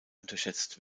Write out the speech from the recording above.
unterschätzt